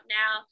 now